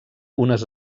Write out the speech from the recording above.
unes